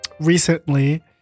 recently